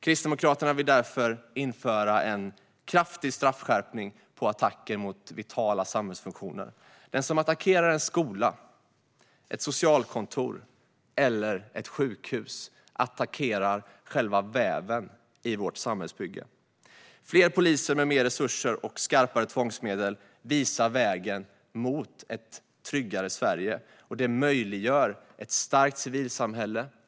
Kristdemokraterna vill därför införa en kraftig straffskärpning för attacker mot vitala samhällsfunktioner. Den som attackerar en skola, ett socialkontor eller ett sjukhus attackerar själva väven i vårt samhällsbygge. Fler poliser med mer resurser och skarpare tvångsmedel visar vägen mot ett tryggare Sverige och möjliggör ett starkt civilsamhälle.